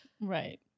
Right